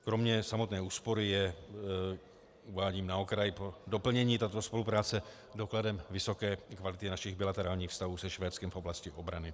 Kromě samotné úspory, uvádím na okraj pro doplnění, je tato spolupráce dokladem vysoké kvality našich bilaterálních vztahů se Švédskem v oblasti obrany.